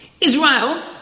Israel